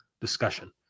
discussion